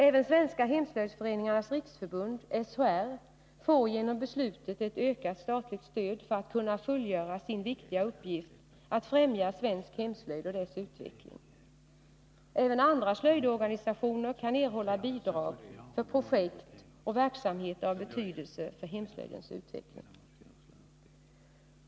Även Svenska hemslöjdsföreningarnas riksförbund, SHR, får genom beslutet ett ökat statligt stöd för att kunna fullgöra sin viktiga uppgift att främja svensk hemslöjd och dess utveckling. Även andra slöjdorganisationer kan erhålla bidrag för projekt och verksamhet av betydelse för hemslöjdens utveckling.